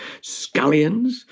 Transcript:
scallions